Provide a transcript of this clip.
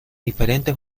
diferentes